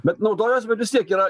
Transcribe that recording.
bet naudojosi bet vis tiek yra